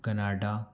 Canada